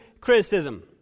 criticism